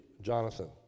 Jonathan